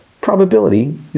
probability